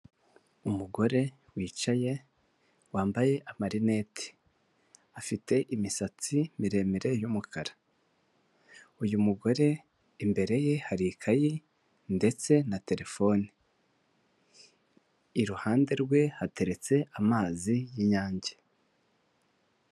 Umugore wicaye wambaye amarineti, afite imisatsi miremire y'umukara uyu mugore imbere ye hari ikayi ndetse na terefone, iruhande rwe hateretse amazi y'Inyange.